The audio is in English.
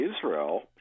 Israel